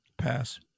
pass